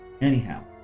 Anyhow